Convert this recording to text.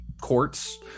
Courts